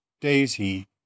daisy